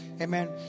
Amen